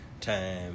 time